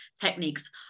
techniques